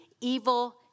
evil